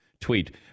tweet